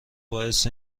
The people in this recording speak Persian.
باعث